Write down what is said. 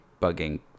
bugging